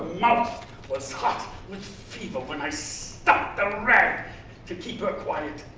mouth was hot with fever when i stuffed a rag to keep her quiet.